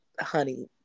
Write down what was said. honey